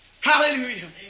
Hallelujah